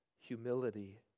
humility